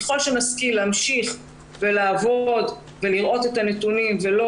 ככל שנשכיל להמשיך ולעבוד ולראות את הנתונים ולא